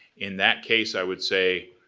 in that case, i would say